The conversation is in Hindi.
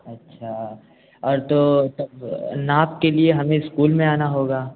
अच्छा और तो नाप के लिए हमें स्कूल में आना होगा